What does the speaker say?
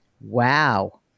Wow